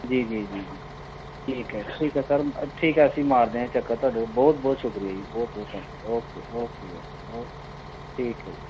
ਜੀ ਜੀ ਜੀ ਜੀ ਠੀਕ ਹੈ ਠੀਕ ਹੈ ਸਰ ਮ ਠੀਕ ਹੈ ਅਸੀਂ ਮਾਰਦੇ ਹਾਂ ਚੱਕਰ ਤੁਹਾਡੇ ਬਹੁਤ ਬਹੁਤ ਸ਼ੁਕਰੀਆ ਜੀ ਬਹੁਤ ਬਹੁਤ thanks okay okay bye okay ਠੀਕ ਹੈ ਜੀ